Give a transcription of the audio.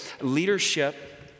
leadership